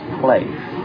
place